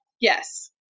yes